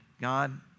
God